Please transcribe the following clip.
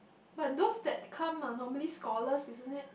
but those that come are normally scholars isn't it